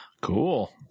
Cool